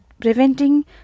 preventing